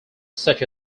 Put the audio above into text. such